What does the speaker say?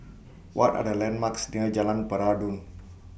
What Are The landmarks near Jalan Peradun